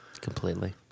Completely